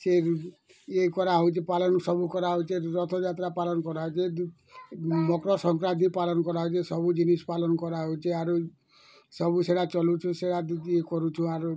ସେ ଇଏ କରାହେଉଛି ପାଲନ୍ ସବୁ କରା ହେଉଛି ରଥଯାତ୍ରା ପାଲନ୍ କରାହେଉଛି ଦୁ ମକର ସଂକ୍ରାନ୍ତି ପାଲନ୍ କରାହେଉଛି ସବୁ ଜିନିଷ୍ ପାଲନ୍ କରାହଉଛିଁ ଆରୁ ସବୁ ସେଇଟା ଚଲୁଁଛୁ ସେଇଟା ବିଧି କରୁଛୁଁ ଆରୁ